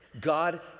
God